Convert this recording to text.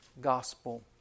gospel